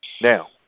Now